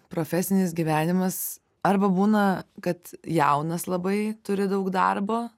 profesinis gyvenimas arba būna kad jaunas labai turi daug darbo